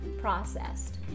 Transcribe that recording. processed